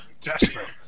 Desperate